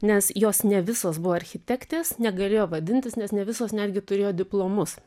nes jos ne visos buvo architektės negalėjo vadintis nes ne visos netgi turėjo diplomus